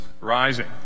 rising